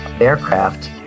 aircraft